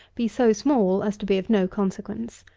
be so small as to be of no consequence.